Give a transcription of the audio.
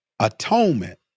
atonement